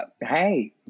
Hey